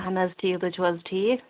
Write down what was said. اَہَن حظ ٹھیٖک تُہۍ چھِو حظ ٹھیٖک